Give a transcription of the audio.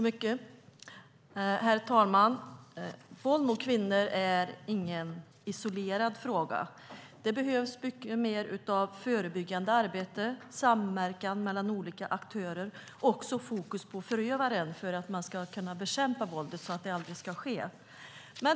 Herr talman! Våld mot kvinnor är ingen isolerad fråga. Det behövs mycket mer av förebyggande arbete, samverkan mellan olika aktörer och fokus på förövaren för att man ska kunna bekämpa våldet så att det aldrig ska ske.